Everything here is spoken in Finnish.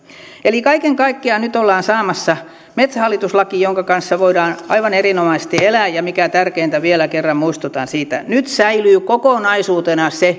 eli kaiken kaikkiaan nyt ollaan saamassa metsähallitus laki jonka kanssa voidaan aivan erinomaisesti elää ja mikä tärkeintä vielä kerran muistutan siitä nyt säilyy kokonaisuutena se